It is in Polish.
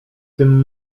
tym